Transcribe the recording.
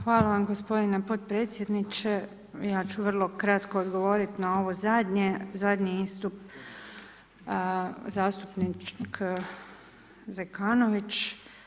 Hvala vam gospodine potpredsjedniče, ja ću vrlo kratko odgovoriti na ovaj zadnji istup zastupnika Zekanovića.